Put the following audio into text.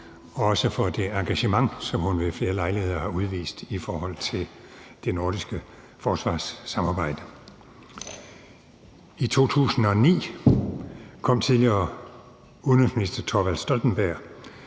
også for det engagement, som hun ved flere lejligheder har udvist i forhold til det nordiske forsvarssamarbejde. I 2009 kom den tidligere norske udenrigsminister Thorvald Stoltenberg